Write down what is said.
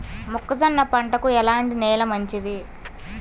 మొక్క జొన్న పంటకు ఎలాంటి నేల మంచిది?